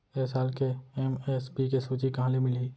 ए साल के एम.एस.पी के सूची कहाँ ले मिलही?